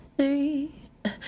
Three